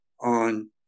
on